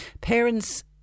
parents